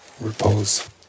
repose